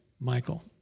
Michael